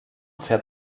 fährt